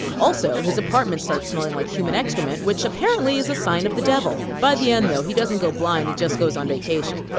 also his apartment starts smelling like human excrement which apparently is a sign of the devil. by the end though, he doesn't go blind, he just goes on vacation. but